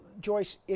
Joyce